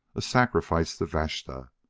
a sacrifice to vashta.